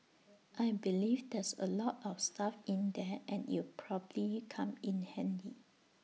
I believe there's A lot of stuff in there and it'll probably come in handy